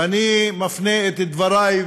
ואני מפנה את דברי,